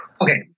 Okay